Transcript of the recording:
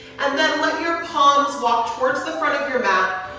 and then let your palms walk toward the front of your mat,